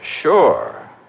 sure